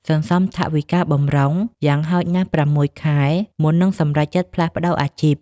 សន្សំថវិកាបម្រុង យ៉ាងហោចណាស់ ៦ ខែ មុននឹងសម្រេចចិត្តផ្លាស់ប្តូរអាជីព។